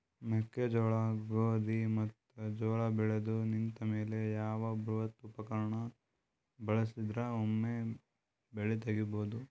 ಮೆಕ್ಕೆಜೋಳ, ಗೋಧಿ ಮತ್ತು ಜೋಳ ಬೆಳೆದು ನಿಂತ ಮೇಲೆ ಯಾವ ಬೃಹತ್ ಉಪಕರಣ ಬಳಸಿದರ ವೊಮೆ ಬೆಳಿ ತಗಿಬಹುದು?